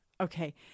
Okay